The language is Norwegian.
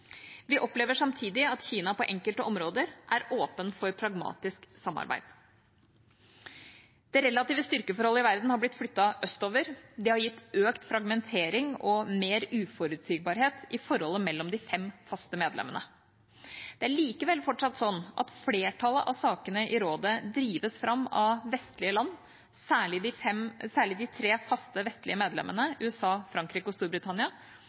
Vi opplever samtidig at Kina på enkelte områder er åpen for pragmatisk samarbeid. Det relative styrkeforholdet i verden har blitt flyttet østover. Det har gitt økt fragmentering og mer uforutsigbarhet i forholdet mellom de fem faste medlemmene. Det er likevel fortsatt slik at flertallet av sakene i rådet drives fram av vestlige land, særlig de tre faste vestlige medlemmer, USA, Frankrike og Storbritannia,